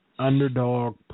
underdog